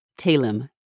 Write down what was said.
Talim